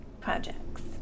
Projects